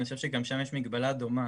ואני חושב שגם שם יש מגבלה דומה.